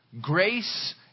grace